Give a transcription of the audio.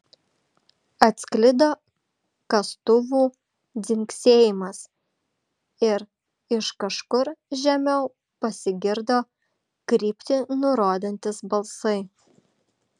atsklido kastuvų dzingsėjimas ir iš kažkur žemiau pasigirdo kryptį nurodantys balsai